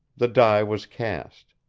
the die was cast.